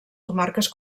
comarques